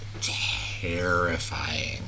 terrifying